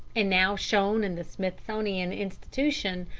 and now shown in the smithsonian institution,